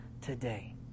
today